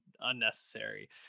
Unnecessary